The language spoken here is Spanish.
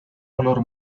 olor